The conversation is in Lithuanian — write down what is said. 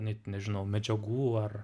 net nežinau medžiagų ar